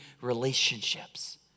relationships